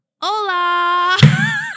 Hola